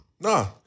No